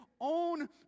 own